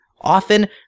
Often